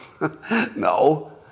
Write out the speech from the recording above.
No